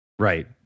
Right